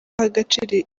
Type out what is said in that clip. agaciro